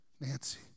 Nancy